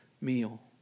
meal